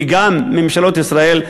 וגם ממשלות ישראל,